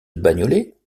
bagnolet